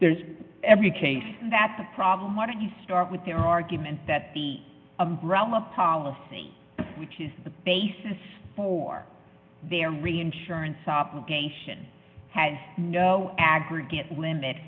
there's every case that the problem wanted to start with their argument that the umbrella policy which is the basis for their reinsurance obligation has aggregate limit